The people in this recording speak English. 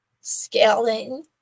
scaling